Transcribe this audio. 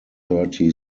thirty